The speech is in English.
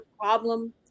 problem